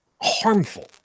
harmful